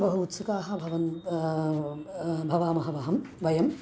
बहु उत्सुकाः भवन् भवामः अहं वयं